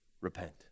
repent